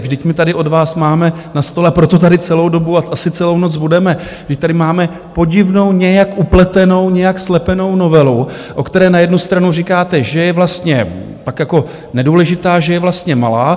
Vždyť my tady od vás máme na stole, a proto tady celou dobu a asi celou noc budeme, vždyť tady máme podivnou nějak upletenou, nějak slepenou novelu, o které na jednu stranu říkáte, že je vlastně pak jako nedůležitá, že je vlastně malá.